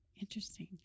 interesting